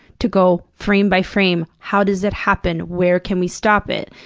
to go frame by frame how does it happen? where can we stop it?